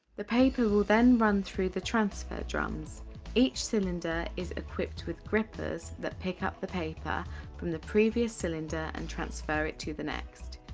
the paper will then run through the transfer drums each cylinder is equipped with grippers that pick up the paper from the previous cylinder and transfer it to next.